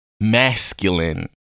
masculine